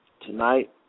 Tonight